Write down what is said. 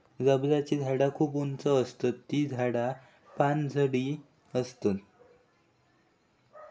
रबराची झाडा खूप उंच आसतत ती झाडा पानझडी आसतत